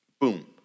boom